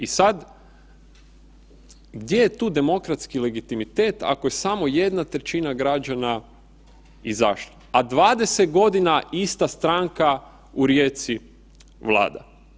I sada gdje je tu demokratski legitimitet ako je samo jedna trećina građana izašla, a 20 godina ista stranka u Rijeci vlada?